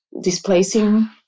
displacing